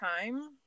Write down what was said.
time